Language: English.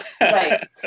Right